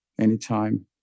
anytime